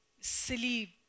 silly